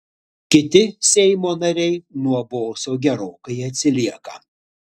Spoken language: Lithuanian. kiti seimo nariai nuo boso gerokai atsilieka